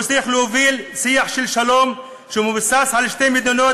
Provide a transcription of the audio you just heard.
הוא צריך להוביל שיח של שלום שמבוסס על שתי מדינות